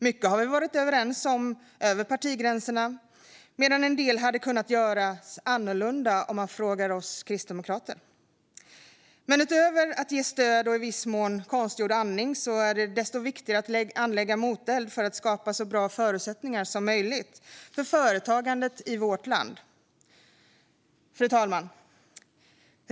Mycket har vi varit överens om över partigränserna medan en del hade kunnat göras annorlunda, om man frågar oss kristdemokrater. Men utöver att ge stöd och i viss mån konstgjord andning är det viktigt att anlägga moteld för att skapa så bra förutsättningar som möjligt för företagandet i vårt land. Fru talman!